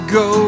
go